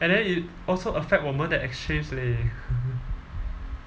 and then it also affect 我们的 exchange leh